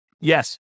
Yes